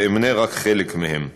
ואמנה רק חלק מהם: